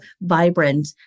vibrant